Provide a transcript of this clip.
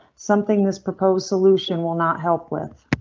something this proposed solution will not help with.